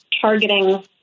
targeting